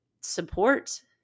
support